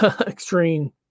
extreme